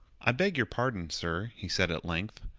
i beg your pardon, sir, he said at length.